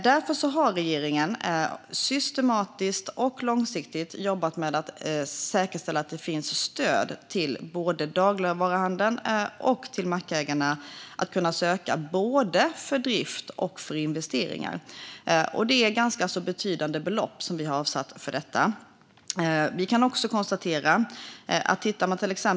Därför har regeringen systematiskt och långsiktigt jobbat med att säkerställa att det finns stöd som både dagligvaruhandeln och mackägarna kan söka för drift och investeringar. Det är ganska betydande belopp som vi har avsatt för detta. Man kan till exempel titta på lanthandlarna.